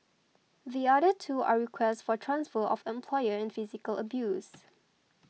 the other two are requests for transfer of employer and physical abuse